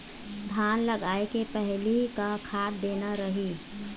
धान लगाय के पहली का खाद देना रही?